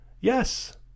Yes